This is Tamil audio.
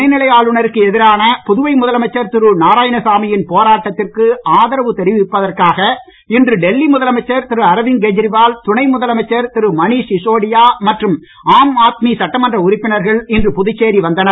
துணை நிலை ஆளுநருக்கு எதிரான புதுவை முதலமைச்சர் திகு நாராயணசாமியின் போராட்டத்திற்கு ஆதரவு தெரிவிப்பதற்காக இன்று டெல்லி முதலமைச்சர் திரு அரவிந்த் கேஜரிவால் துணை முதலமைச்சர் திரு மனீஷ் சிசோடியா மற்றும் ஆம் ஆத்மி சட்டமன்ற உறுப்பினர்கள் இன்று புதுச்சேரி வந்தனர்